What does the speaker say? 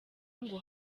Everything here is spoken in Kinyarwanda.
ngo